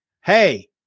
Hey